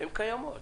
הן קיימות.